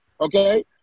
okay